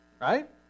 right